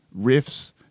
riffs